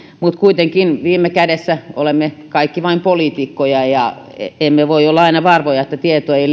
mutta kuitenkin viime kädessä olemme kaikki vain poliitikkoja ja emme voi olla aina varmoja että tieto ei